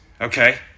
Okay